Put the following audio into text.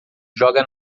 joga